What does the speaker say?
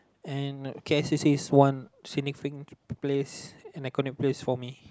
and K_L C_C is one signific~ place an iconic place for me